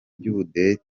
by’ubudehe